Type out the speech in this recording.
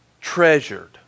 treasured